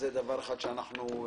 זה דבר אחד שקבענו.